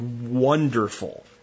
wonderful